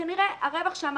וכנראה הרווח שם,